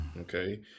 Okay